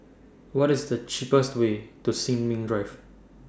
What IS The cheapest Way to Sin Ming Drive